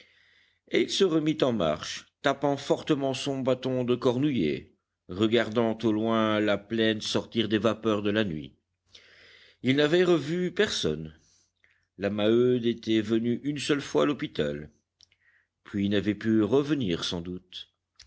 et il se remit en marche tapant fortement son bâton de cornouiller regardant au loin la plaine sortir des vapeurs de la nuit il n'avait revu personne la maheude était venue une seule fois à l'hôpital puis n'avait pu revenir sans doute